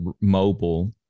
mobile